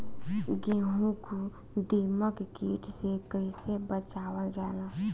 गेहूँ को दिमक किट से कइसे बचावल जाला?